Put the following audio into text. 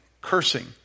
cursing